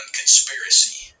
conspiracy